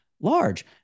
large